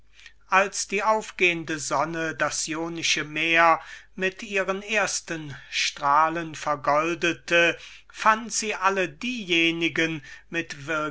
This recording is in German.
entdeckung die aufgehende sonne die von der rosenfingrichten aurora angekündiget das jonische meer mit ihren ersten strahlen vergoldete fand alle diejenigen mit